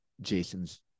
Jason's